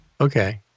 Okay